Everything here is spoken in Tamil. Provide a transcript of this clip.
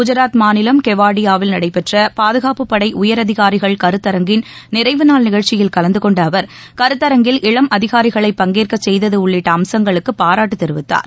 குஜராத் மாநிலம் கேவாடியாவில் நடைபெற்ற பாதுகாப்புப்படை உயர் அதிகாரிகள் கருத்தரங்கின் நிறைவு நாள் நிகழ்ச்சியில் கலந்து கொண்ட அவர் கருத்தரங்கில் இளம் அதிகாரிகளை பங்கேற்க செய்தது உள்ளிட்ட அம்சங்களுக்கு பாராட்டு தெரிவித்தார்